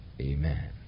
Amen